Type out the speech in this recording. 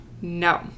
No